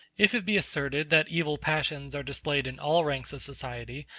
if it be asserted that evil passions are displayed in all ranks of society,